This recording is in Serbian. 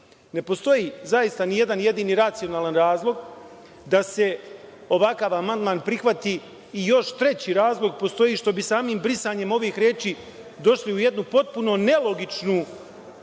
Ne postoji, zaista nijedan jedini racionalni razlog da se ovakav amandman prihvati i još treći razlog postoji što bi samim brisanjem ovih reči došli u jednu potpuno nelogičnu